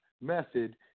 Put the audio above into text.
method